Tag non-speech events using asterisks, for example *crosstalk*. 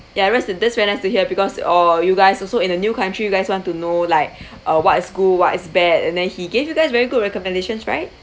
ya rest in this very nice to hear because oh you guys also in a new country you guys want to know like *breath* uh what is good what is bad and then he gave you guys very good recommendations right